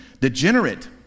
degenerate